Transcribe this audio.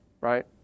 right